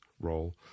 role